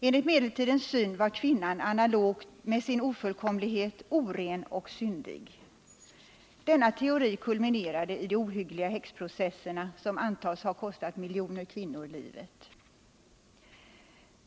Enligt medeltidens syn var kvinnan analogt med sin ofullkomlighet oren och syndig. Denna teori kulminerade i de ohyggliga häxprocesserna, som antas ha kostat miljoner kvinnor livet.